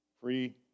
Free